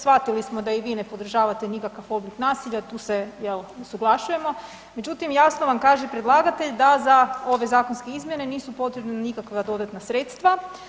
Shvatili smo da i vi ne podržavate nikakav oblik nasilja, tu se jel usuglašujemo, međutim jasno vam kaže predlagatelj da za ove zakonske izmjene misu potrebna nikakva dodatna sredstva.